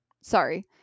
sorry